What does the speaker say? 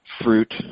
fruit